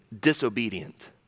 disobedient